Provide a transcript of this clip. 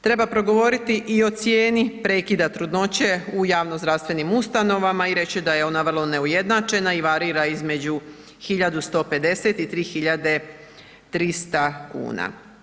Treba progovoriti i o cijeni prekida trudnoće u javno zdravstvenim ustanovama i reći da je ona vrlo neujednačena i varira između 1.150 i 3.300 kuna.